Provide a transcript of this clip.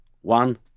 one